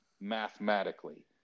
mathematically